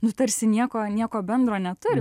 nu tarsi nieko nieko bendro neturi